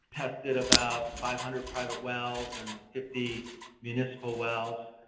tested about five hundred private wells and fifty municipal wells.